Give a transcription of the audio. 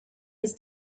was